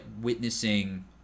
witnessing